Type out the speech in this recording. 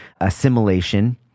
assimilation